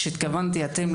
כשאמרתי אתם,